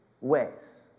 ways